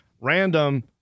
random